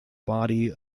body